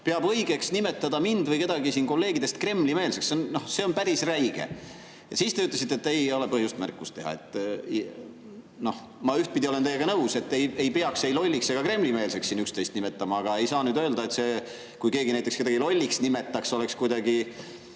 peab õigeks nimetada mind või kedagi kolleegidest Kremli-meelseks, siis see on päris räige. Aga teie ütlesite, et ei ole põhjust märkust teha. Noh, ma ühtpidi olen teiega nõus, et ei peaks ei lolliks ega Kremli-meelseks siin üksteist nimetama, aga ei saa öelda, et see, kui keegi kedagi lolliks nimetaks, oleks kuidagi